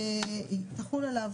תחול עליו,